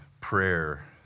prayer